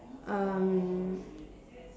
um